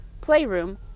playroom